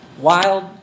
Wild